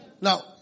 Now